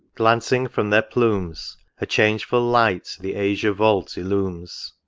glancing from their plumes a changeful light the azure vault illumes.